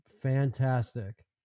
fantastic